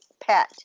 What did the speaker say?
pet